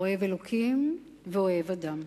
אוהב אלוקים ואוהב אדם.